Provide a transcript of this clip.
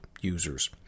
users